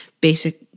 basic